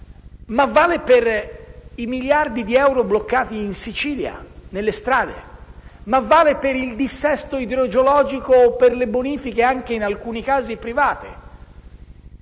anche per i miliardi di euro bloccati in Sicilia nelle strade, ma anche per il dissesto idrogeologico o per le bonifiche, in alcuni casi anche